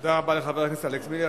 תודה רבה לחבר הכנסת אלכס מילר.